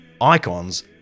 Icons